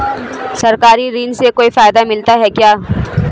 सरकारी ऋण से कोई फायदा मिलता है क्या?